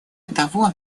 того